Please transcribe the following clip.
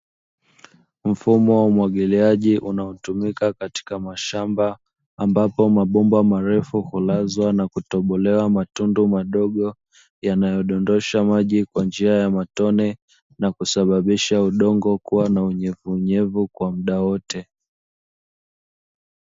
Mfumo wa umwagiliaji unaotumika katika mashamba, ambapo mabomba marefu hulazwa na kutobolewa matundu madogo yanayodondosha maji kwa njia ya matone, na kusababisha udongo kuwa na unyevunyevu kwa muda wote.